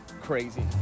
crazy